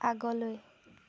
আগলৈ